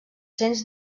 cents